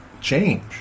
change